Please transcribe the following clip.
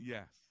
Yes